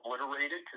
obliterated